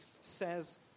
says